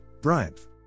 bryant